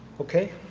okay.